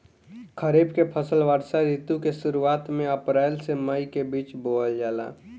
खरीफ के फसल वर्षा ऋतु के शुरुआत में अप्रैल से मई के बीच बोअल जाला